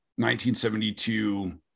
1972